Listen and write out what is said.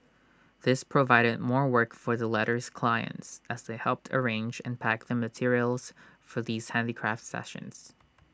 this provided more work for the latter's clients as they helped arrange and pack the materials for these handicraft sessions